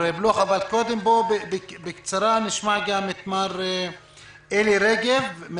האוצר אבל לפני כן נשמע גם את אלי רגב,